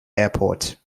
airport